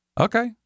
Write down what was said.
Okay